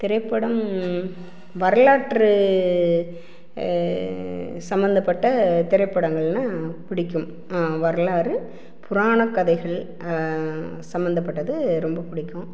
திரைப்படம் வரலாற்று சம்மந்தப்பட்ட திரைப்படங்கள்னா பிடிக்கும் வரலாறு புராண கதைகள் சம்மந்தப்பட்டது ரொம்ப பிடிக்கும்